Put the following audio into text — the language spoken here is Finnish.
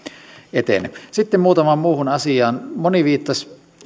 etene sitten muutamaan muuhun asiaan moni viittasi